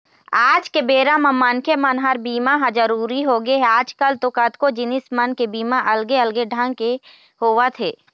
आज के बेरा म मनखे मन बर बीमा ह जरुरी होगे हे, आजकल तो कतको जिनिस मन के बीमा अलगे अलगे ढंग ले होवत हे